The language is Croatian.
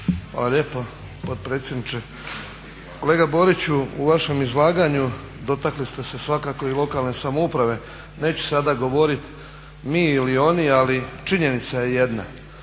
Hvala lijepo potpredsjedniče. Kolega Borić, u vašem izlaganju dotakli ste se svakako i lokalne samouprave. Neću sada govorit mi ili oni, ali činjenica je jedna,